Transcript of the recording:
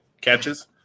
catches